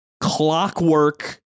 clockwork